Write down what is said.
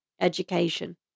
education